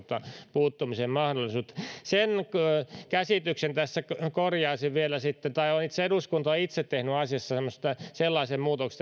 puuttumisen mahdollisuutta sen käsityksen tässä korjaisin vielä tai eduskunta itse on tehnyt asiassa sellaisen muutoksen